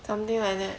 something like that